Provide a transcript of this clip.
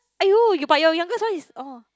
!aiyo! you but your youngest one is orh